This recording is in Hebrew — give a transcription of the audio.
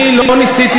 אני לא ניסיתי,